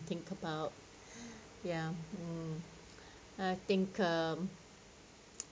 think about ya mm I think um